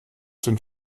sind